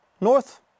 north